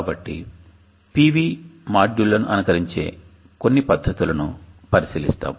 కాబట్టి పివి మాడ్యూళ్ళను అనుకరించే కొన్ని పద్ధతులను పరిశీలిస్తాము